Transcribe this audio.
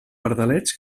pardalets